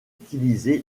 utilisé